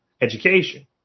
Education